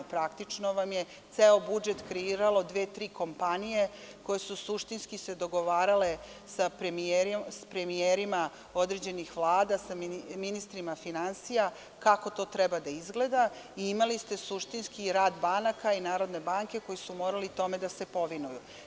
Praktično vam je ceo budžet kreiralo dve-tri kompanije koje su se suštinski dogovarale sa premijerima određenih vlada, sa ministrima finansija kako to treba da izgleda i imali ste suštinski rad banaka i Narodne banke koji su morali tome da se povinuju.